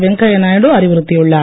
வெங்கையா நாயுடு அறிவுறுத்தியுள்ளார்